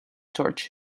torch